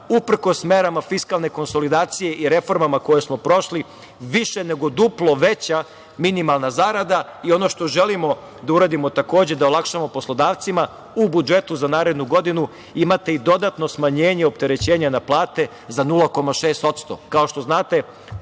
uprkos merama fiskalne konsolidacije i reformama koje smo prošli, više nego duplo veća minimalna zarada. Ono što želimo da uradimo, takođe, da olakšamo poslodavcima, u budžetu za narednu godinu imate i dodatno smanjenje opterećenja na plate za 0,6%.Kao